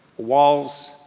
walls,